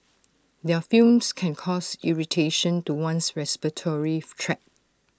their fumes can cause irritation to one's respiratory tract